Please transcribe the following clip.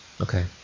Okay